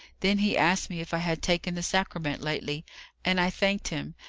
then he asked me if i had taken the sacrament lately and i thanked him,